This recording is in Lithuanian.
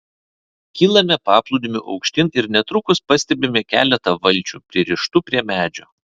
kylame paplūdimiu aukštyn ir netrukus pastebime keletą valčių pririštų prie medžio